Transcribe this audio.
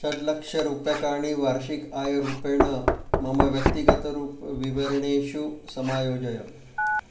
षड्लक्षरूप्यकाणि वार्षिक आयरूपेण मम व्यक्तिगतरूपविवरणेषु समायोजय